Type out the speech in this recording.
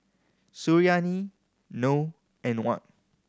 Suriani Noh and Wan